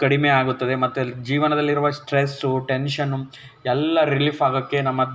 ಕಡಿಮೆ ಆಗುತ್ತದೆ ಮತ್ತು ಜೀವನದಲ್ಲಿರುವ ಸ್ಟ್ರೆಸ್ಸು ಟೆನ್ಷನು ಎಲ್ಲ ರಿಲೀಫ್ ಆಗೋಕ್ಕೆ ನಮ್ಮ